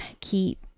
keep